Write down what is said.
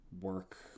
work